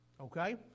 Okay